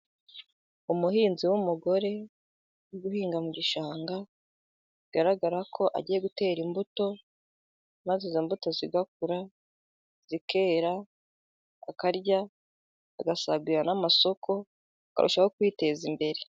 Umuhinzi w'umugore uri guhinga mu gishanga, bigaragara ko agiye gutera imbuto, maze izo mbuto zigakura, zikera, akarya, agasagurira n'amasoko, akarushaho kwiteza imbere.